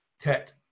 Tet